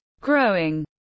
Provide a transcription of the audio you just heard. growing